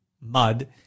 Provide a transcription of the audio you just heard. mud